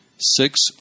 six